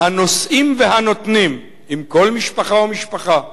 הנושאים והנותנים עם כל משפחה ומשפחה,